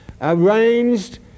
arranged